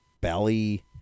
belly